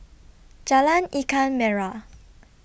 Jalan Ikan Merah